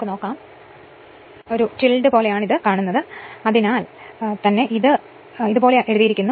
ഇത് യഥാർത്ഥത്തിൽ ടിൽഡ് പോലെയാണ് അതിനാൽ ഇത് ഇതുപോലെ ആണെങ്കിൽ എഴുതിയിരിക്കുന്നു